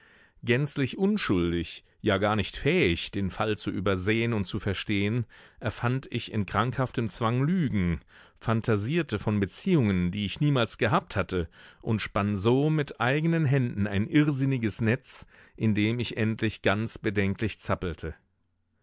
gänzlich unschuldig ja gar nicht fähig den fall zu übersehen und zu verstehen erfand ich in krankhaftem zwang lügen phantasierte von beziehungen die ich niemals gehabt hatte und spann so mit eigenen händen ein irrsinniges netz in dem ich endlich ganz bedenklich zappelte